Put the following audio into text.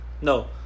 no